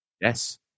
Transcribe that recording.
Yes